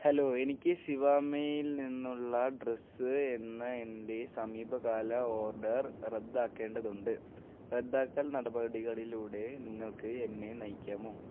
hello എനിക്ക് സിവാമേയില് നിന്നുള്ള ഡ്രസ്സ് എന്ന എൻ്റെ സമീപകാല ഓർഡർ റദ്ദാക്കേണ്ടതുണ്ട് റദ്ദാക്കൽ നടപടികളിലൂടെ നിങ്ങൾക്ക് എന്നെ നയിക്കാമോ